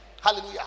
Hallelujah